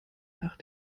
nach